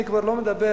אני כבר לא מדבר